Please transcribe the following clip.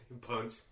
punch